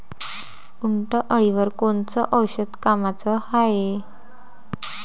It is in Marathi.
उंटअळीवर कोनचं औषध कामाचं हाये?